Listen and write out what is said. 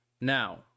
Now